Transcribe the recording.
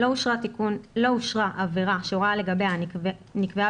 לא אושרה עבירה שהוראה לגביה נקבעה